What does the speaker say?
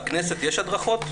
בכנסת יש הדרכות?